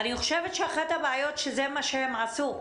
אני חושבת שאחת הבעיות היא שזה מה שהם עשו.